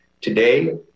Today